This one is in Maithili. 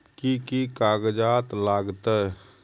कि कि कागजात लागतै?